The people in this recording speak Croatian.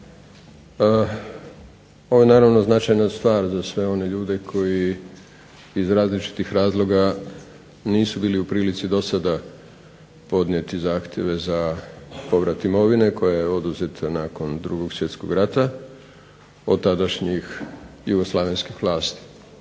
Ovo je naravno značajna stvar za sve one ljude koji iz različitih razloga nisu bili u prilici do sada podnijeti zahtjeve za povrat imovine koja je oduzeta nakon 2. Svjetskog rata od dotadašnjih jugoslavenskih vlasti.